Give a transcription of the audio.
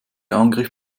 angriff